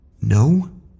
No